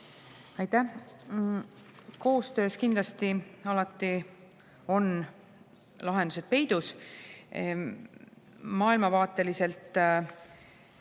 Aitäh! Koostöös on kindlasti alati lahendused peidus. Maailmavaateliselt